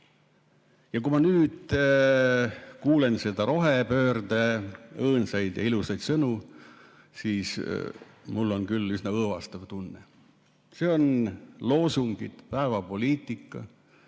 Kui ma nüüd kuulan neid rohepöörde õõnsaid ja ilusaid sõnu, siis on mul küll üsna õõvastav tunne. Need on loosungid, päevapoliitika,